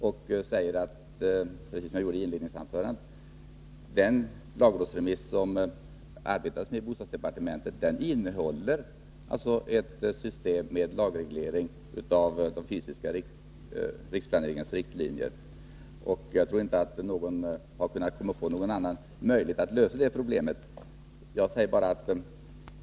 Jag upprepar vad jag sade i mitt inledningsanförande, nämligen att den lagrådsremiss som bostadsdepartementet arbetar med innehåller ett system med lagreglering av riktlinjerna för den fysiska riksplaneringen. Jag tror inte att någon har kommit på en annan möjlighet att lösa det problemet.